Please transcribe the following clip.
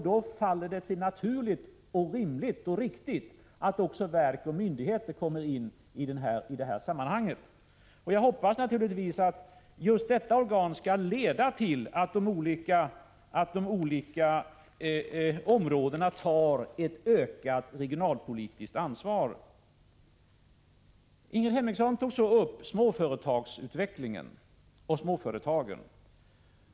Då faller det sig naturligt, rimligt och riktigt att också verk och myndigheter kommer in i sammanhanget. Jag hoppas naturligtvis att just detta organ skall leda till att de olika områdena tar ett ökat regionalpolitiskt ansvar. Ingrid Hemmingsson tog så upp utvecklingen för småföretagen.